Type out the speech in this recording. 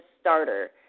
starter